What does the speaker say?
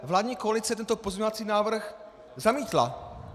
Vládní koalice tento pozměňovací návrh zamítla.